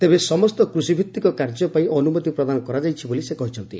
ତେବେ ସମସ୍ତ କୃଷିଭିଭିକ କାର୍ଯ୍ୟ ପାଇଁ ଅନୁମତି ପ୍ରଦାନ କରାଯାଇଛି ବୋଲି ସେ କହିଛନ୍ତି